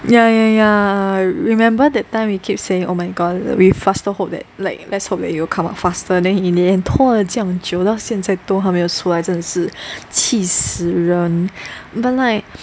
ya ya ya I remember that time we keep saying oh my god we faster hope that like let's hope that it will come out faster then in the end 拖了这样久到现在都还没有出来真是气死人 but like